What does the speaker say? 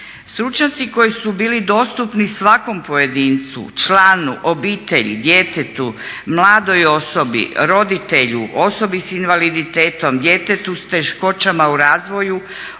Stručnjaci koji su bili dostupni svakom pojedincu, članu, obitelji, djetetu, mladoj osobi, roditelju, osobi s invaliditetom, djetetu s teškoćama u razvoju,